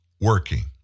working